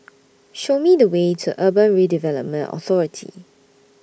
Show Me The Way to Urban Redevelopment Authority